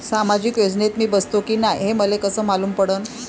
सामाजिक योजनेत मी बसतो की नाय हे मले कस मालूम पडन?